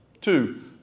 Two